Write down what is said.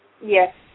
Yes